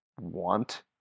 want